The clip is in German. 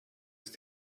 ist